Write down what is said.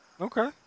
Okay